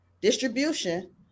distribution